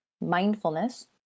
mindfulness